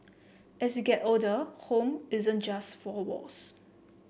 as you get older home isn't just four walls